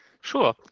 Sure